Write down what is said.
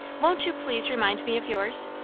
won't you please remind me of yours?